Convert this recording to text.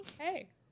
Hey